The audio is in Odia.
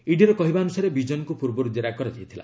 ଇଡିର କହିବା ଅନୁସାରେ ବିଜନଙ୍କୁ ପୂର୍ବରୁ ଜେରା କରାଯାଇଥିଲା